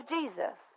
Jesus